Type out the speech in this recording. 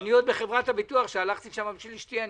הזאת --- אני הלכתי לחברת הביטוח בשביל אשתי,